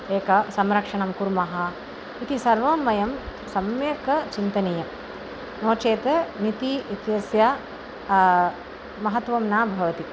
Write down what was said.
एका संरक्षणं कुर्मः इति सर्वं वयं सम्यक् चिन्तनीयं नो चेत् निधिः इत्यस्य महत्वं न भवति